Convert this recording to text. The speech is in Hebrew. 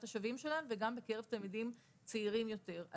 השווים שלהם וגם בקרב תלמידים צעירים יותר.